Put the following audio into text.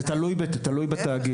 זה תלוי בתאגיד.